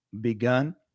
begun